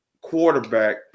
quarterback